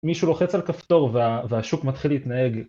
מישהו לוחץ על כפתור והשוק מתחיל להתנהג